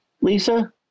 Lisa